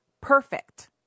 perfect